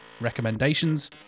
recommendations